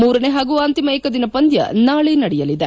ಮೂರನೇ ಹಾಗೂ ಅಂತಿಮ ಏಕದಿನ ಪಂದ್ನ ನಾಳೆ ನಡೆಯಲಿದೆ